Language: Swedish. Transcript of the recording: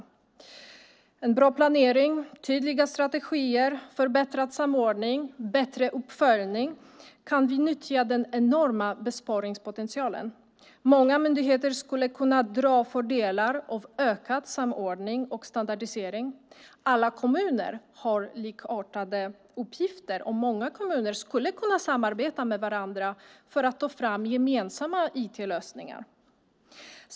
Med en bra planering, tydliga strategier, förbättrad samordning och bättre uppföljning kan vi nyttja den enorma besparingspotentialen. Många myndigheter skulle kunna dra fördelar av ökad samordning och standardisering. Alla kommuner har likartade uppgifter, och många kommuner skulle kunna samarbeta med varandra för att ta fram gemensamma IT-lösningar.